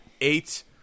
Eight